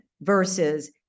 versus